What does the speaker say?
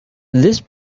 this